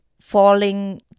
falling